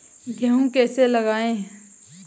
गेहूँ कैसे लगाएँ?